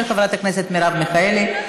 של חברת הכנסת מרב מיכאלי.